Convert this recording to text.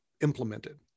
implemented